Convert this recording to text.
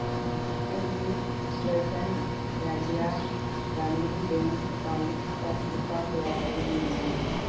ꯑꯩꯒꯤ Jharkhand Rajya Gramin bank account ꯂꯨꯄꯥ ꯀꯌꯥ ꯂꯦꯝꯃꯤꯕꯒꯦ